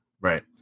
Right